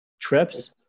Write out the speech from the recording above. Trips